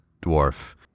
dwarf